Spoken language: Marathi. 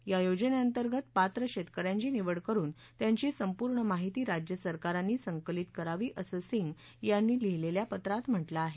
या योजनेअंतर्गत पात्र शेतकऱ्यांची निवड करुन त्यांची संपूर्ण माहिती राज्य सरकारांनी संकलित करावी असं सिंह यांनी लिहिलेल्या पत्रात म्हटलं आहे